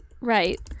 Right